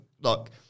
Look